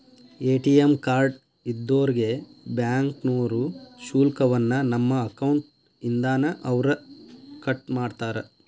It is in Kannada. ಎ.ಟಿ.ಎಂ ಕಾರ್ಡ್ ಇದ್ದೋರ್ಗೆ ಬ್ಯಾಂಕ್ನೋರು ಶುಲ್ಕವನ್ನ ನಮ್ಮ ಅಕೌಂಟ್ ಇಂದಾನ ಅವ್ರ ಕಟ್ಮಾಡ್ತಾರ